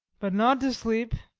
but not to sleep